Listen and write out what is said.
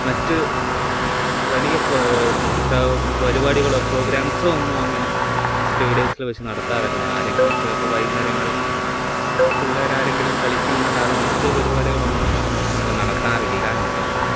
മറ്റ് വലിയ പരിപാടികളോ പ്രോഗ്രാംസോ ഒന്നും അങ്ങനെ സ്റ്റേഡിയത്തിൽ വെച്ച് നടത്താറില്ല ആരെങ്കിലും ചിലപ്പോൾ വൈകുന്നേരങ്ങളിൽ പിള്ളേർ ആരെങ്കിലും കളിക്കുമെന്നല്ലാതെ മറ്റ് പരിപാടികളൊന്നും നമ്മൾ നടത്താറില്ല എന്നുള്ളതാണ്